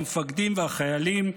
למפקדים והחיילים,